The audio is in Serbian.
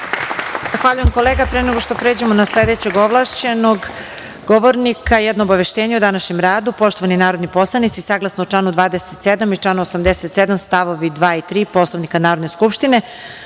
Zahvaljujem kolega. Pre nego što pređemo na sledećeg ovlašćenog govornika, jedno obaveštenje o današnjem radu. Poštovani narodni poslanici saglasno članu 27. i članu 87. stavovi 2. i 3. Poslovnika Narodne skupštine,